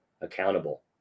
accountable